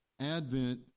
Advent